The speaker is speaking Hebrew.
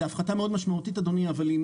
זו הפחתה מאוד משמעותית אדוני אבל היא